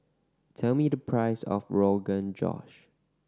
tell me the price of Rogan Josh